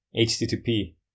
HTTP